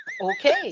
Okay